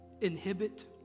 inhibit